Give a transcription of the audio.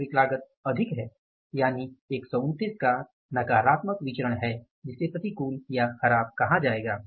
वास्तविक लागत अधिक है यानि 129 का नकारात्मक विचरण है जिसे प्रतिकूल या ख़राब कहा जायेगा